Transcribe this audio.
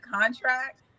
contract